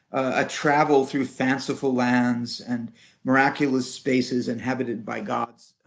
a travel through fanciful lands and miraculous spaces inhabited by gods